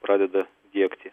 pradeda diegti